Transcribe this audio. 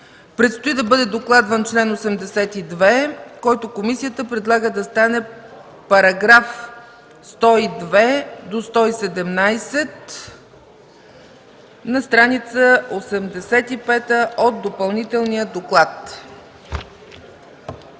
Предстои да бъде докладван § 82, който комисията предлага да стане § 102-117, на стр. 85 от Допълнителния доклад.